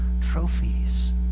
trophies